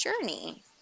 journey